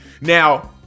Now